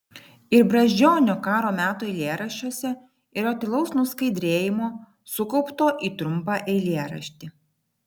ir brazdžionio karo metų eilėraščiuose yra tylaus nuskaidrėjimo sukaupto į trumpą eilėraštį